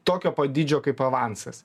tokio pat dydžio kaip avansas